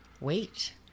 Wait